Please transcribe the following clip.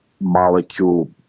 molecule